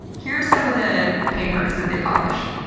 here are some of the papers that they published.